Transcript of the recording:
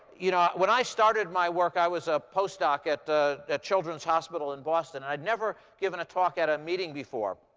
you know, when i started my work, i was a postdoc at children's hospital in boston. and i'd never given a talk at a meeting before.